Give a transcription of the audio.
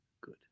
Good